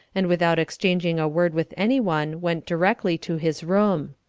and without exchanging a word with anyone went directly to his room.